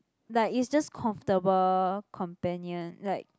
like it's just comfortable companion like